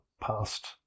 past